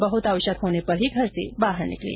बहुत आवश्यक होने पर ही घर से बाहर निकलें